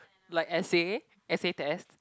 like essay essay test